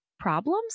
problems